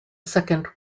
second